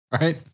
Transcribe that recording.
right